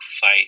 fight